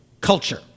culture